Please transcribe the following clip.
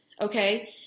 okay